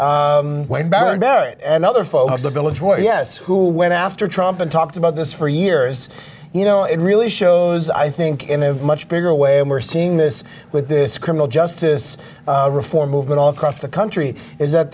barrett and other folks ability yes who went after trump and talked about this for years you know it really shows i think in a much bigger way and we're seeing this with this criminal justice reform movement all across the country is that